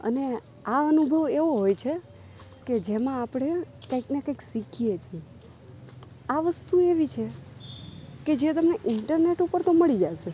અને આ અનુભવ એવો હોય છે કે જેમાં આપણે કાંઈકને કાંઈક શીખીએ છીએ આ વસ્તુ એવી છે કે જે તમને ઈન્ટરનેટ ઉપર તો મળી જશે